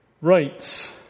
Rights